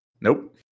Nope